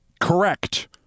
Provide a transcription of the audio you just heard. Correct